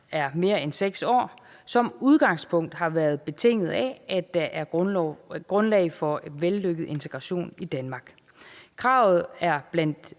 er mere end 6 år, som udgangspunkt har været betinget af, at der er grundlag for vellykket integration i Danmark. Kravet er dog